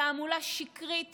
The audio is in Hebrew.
תעמולה שקרית